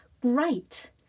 great